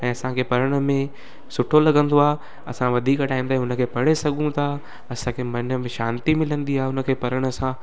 ऐं असांखे पढ़ण में सुठो लॻंदो आहे असां वधीक टाइम ते हुनखे पढ़े सघूं था असांखे मन में शांती मिलंदी आहे उनखे पढ़ण सां